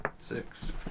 Six